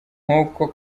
nk’uko